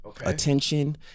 attention